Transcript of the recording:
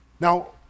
Now